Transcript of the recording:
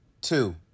Two